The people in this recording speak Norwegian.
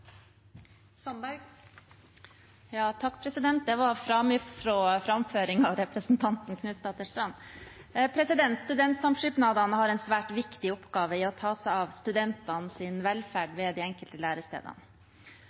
Det var ei framifrå framføring av representanten Knutsdatter Strand. Studentsamskipnadene har en svært viktig oppgave i å ta seg av